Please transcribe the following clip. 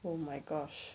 oh my gosh